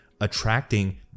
attracting